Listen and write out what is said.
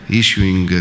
issuing